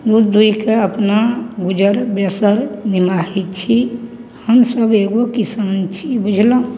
दूध दुहिके अपना गुजर बसर निमाहै छी छी हमसभ एगो किसान छी बुझलहुँ